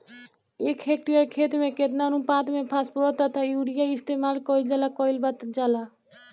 एक हेक्टयर खेत में केतना अनुपात में फासफोरस तथा यूरीया इस्तेमाल कईल जाला कईल जाला?